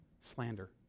Slander